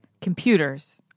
computers